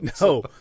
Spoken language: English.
No